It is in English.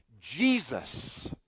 Jesus